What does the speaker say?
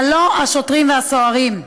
אבל לא השוטרים והסוהרים.